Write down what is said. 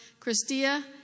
Christia